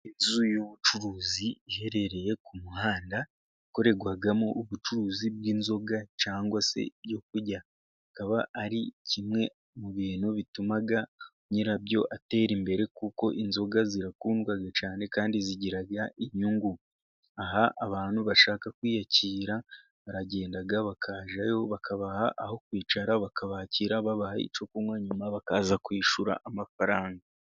Inzu y'ubucuruzi iherereye ku muhanda ,ikorerwamo ubucuruzi bw'inzoga cyangwa se ibyo kurya, bikaba ari kimwe mu bintu bituma nyirabyo atera imbere, kuko inzoga zirakundwa cyane ,kandi zigira inyungu, aha, abantu bashaka kwiyakira ,baragenda bakajyayo bakabaha aho kwicara ,bakabakira babaha icyo kunywa, nyuma bakaza kwishyura amafaranga.